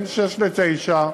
בין 06:00 ל-09:00,